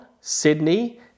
Sydney